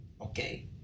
Okay